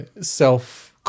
self